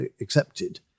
accepted